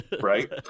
Right